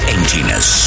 Emptiness